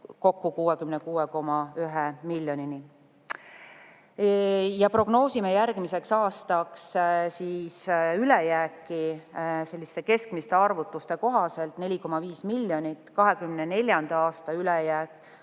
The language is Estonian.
Prognoosime järgmiseks aastaks ülejääki selliste keskmiste arvutuste kohaselt 4,5 miljonit. 2024. aasta ülejääk